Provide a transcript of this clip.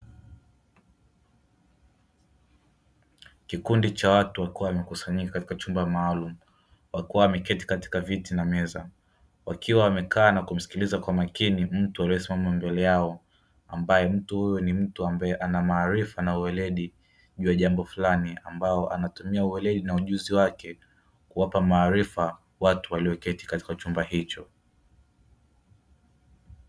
Kikundi wa watu wakiwa wamekusanyika katika chumba maalumu, wakiwa wameketi katika viti na meza wakiwa wamekaa na kumsikiliza kwa makini mtu aliyesimama mbele yao, ambaye mtu huyo ni mtu ambaye ana maarifa na weledi juu ya jambo fulani, ambao anatumia weledi na ujuzi wake, kuwapa maarifa watu walioketi katika chumba hicho.